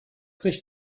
sich